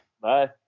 Bye